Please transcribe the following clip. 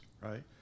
right